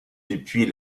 depuis